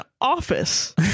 office